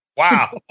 Wow